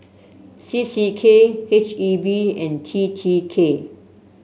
C C K H E B and T T K